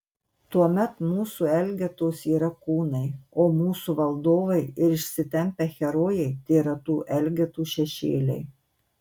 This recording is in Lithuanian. tuomet mūsų elgetos yra kūnai o mūsų valdovai ir išsitempę herojai tėra tų elgetų šešėliai